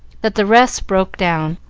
that the rest broke down.